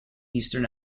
eastern